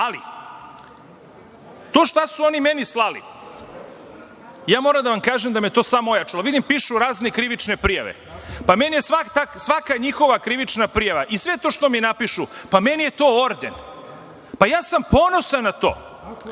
to šta su oni meni slali, moram da vam kažem da me je to samo ojačalo. Vidim pišu razne krivične prijave. Pa, mene je svaka njihova krivična prijava i sve to što mi napišu, pa meni je to orden. Pa, ja sam ponosan na to,